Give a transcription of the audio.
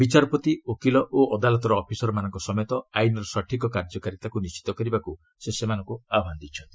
ବିଚାରପତି ଓକିଲ ଓ ଅଦାଲତର ଅଫିସରମାନଙ୍କ ସମେତ ଆଇନର ସଠିକ୍ କାର୍ଯ୍ୟକାରିତାକୁ ନିଣ୍ଢିତ କରିବାକ୍ ସେ ଆହ୍ବାନ ଦେଇଛନ୍ତି